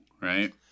right